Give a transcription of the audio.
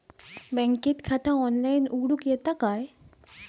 बँकेत खाता ऑनलाइन उघडूक येता काय?